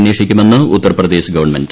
അന്വേഷിക്കുമെന്ന് ഉത്തർപ്രദേശ് ഗവൺമെന്റ്